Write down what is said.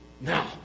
now